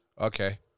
Okay